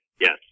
yes